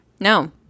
No